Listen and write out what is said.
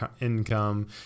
income